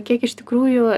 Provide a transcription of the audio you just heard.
kiek iš tikrųjų